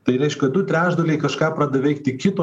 tai reiškia du trečdaliai kažką prada veikti kito